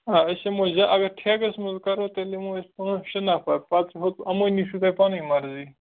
آ أسۍ یِمو یا اَگر ٹھیکَس مَنٛز کَرو تیٚلہِ یِمو أسۍ پانژھ شےٚ نَفَر پَتہٕ ہُتھ اَمٲنی چھُو تۄہہِ پَنٕنۍ مَرضی